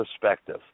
perspective